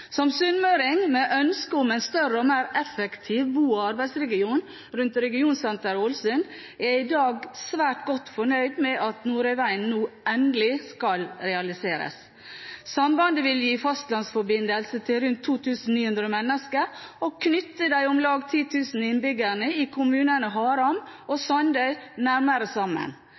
Som sunnmøring med ønske om en større og mer effektiv bo- og arbeidsregion rundt regionsenteret Ålesund er jeg i dag svært godt fornøyd med at Nordøyvegen nå endelig skal realiseres. Sambandet vil gi fastlandsforbindelse til rundt 2 900 mennesker og knytte de om lag 10 000 innbyggerne i kommunene Haram og Sandøy nærmere sammen.